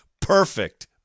perfect